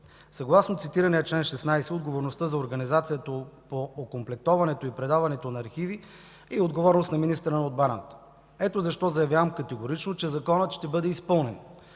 Съгласно цитирания чл. 16 отговорността за организацията по окомплектоването и предаването на архиви е отговорност на министъра на отбраната. Ето защо заявявам категорично, че Законът ще бъде изпълнен.